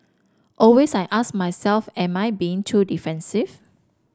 always I ask myself am I being too defensive